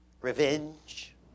revenge